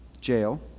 jail